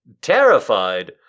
terrified